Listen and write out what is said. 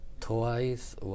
twice